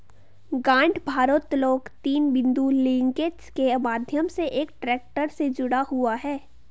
गांठ भारोत्तोलक तीन बिंदु लिंकेज के माध्यम से एक ट्रैक्टर से जुड़ा हुआ है